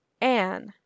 Anne